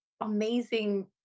amazing